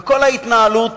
וכל ההתנהלות